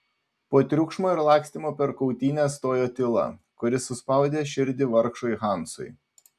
po triukšmo ir lakstymo per kautynes stojo tyla kuri suspaudė širdį vargšui hansui